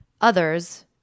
others